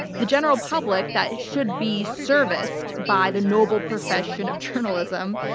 the general public that should be serviced by the noble profession of journalism.